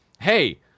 hey